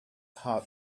heart